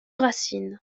racines